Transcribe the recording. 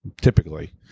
Typically